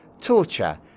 torture